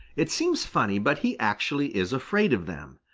it seems funny but he actually is afraid of them.